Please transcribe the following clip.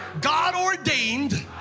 God-ordained